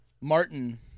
Martin